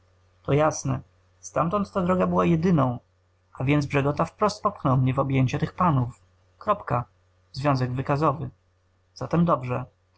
to jasne stamtąd ta droga była jedyną a więc brzegota wprost popchnął mnie w objęcia tych panów kropka związek wykazowy zatem dobrze